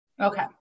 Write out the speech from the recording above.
okay